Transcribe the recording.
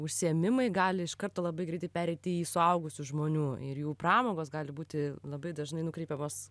užsiėmimai gali iš karto labai greitai pereiti į suaugusių žmonių ir jų pramogos gali būti labai dažnai nukreipiamos